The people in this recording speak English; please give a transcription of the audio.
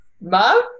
Mom